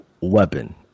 weapon